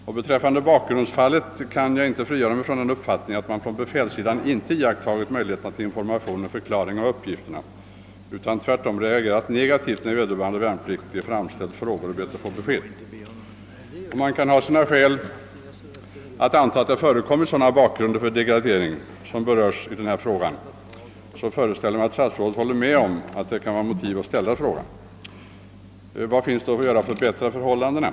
Vad slutligen angår bakgrundsfallet kan jag inte frigöra mig från den misstanken att man från befälssidan inte har iakttagit möjligheterna att lämna informationer och förklaringar av uppgifterna, utan tvärtom reagerat negativt när vederbörande värnpliktig framställt frågor och anhållit att få besked. Det finns skäl att anta att det har förekommit sådan bakgrund till den »degradering» som föranlett denna fråga. Jag föreställer mig därför att statsrådet håller med om att det har varit motiverat att ställa en fråga som denna. Vad kan man då göra för att förbättra förhållandena?